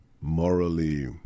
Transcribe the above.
morally